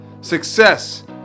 success